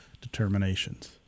determinations